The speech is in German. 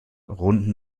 runden